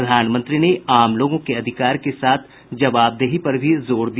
प्रधानमंत्री ने आम लोगों के अधिकार के साथ जवाबदेही पर भी जोर दिया